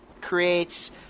creates